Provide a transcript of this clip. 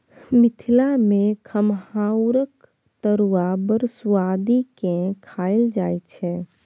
मिथिला मे खमहाउरक तरुआ बड़ सुआदि केँ खाएल जाइ छै